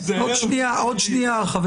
מאוחר מדי, חברים.